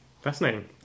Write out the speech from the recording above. fascinating